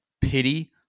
pity